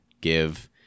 give